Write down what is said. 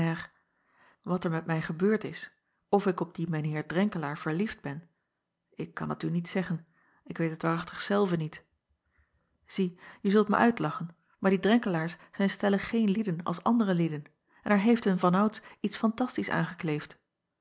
at er met mij gebeurd is acob van ennep laasje evenster delen of ik op dien mijn eer renkelaer verliefd ben ik kan het u niet zeggen ik weet het waarachtig zelve niet ie je zult mij uitlachen maar die renkelaers zijn stellig geen lieden als andere lieden en er heeft hun vanouds iets fantastisch aangekleefd